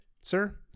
sir